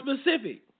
specific